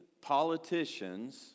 politicians